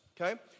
Okay